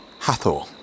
Hathor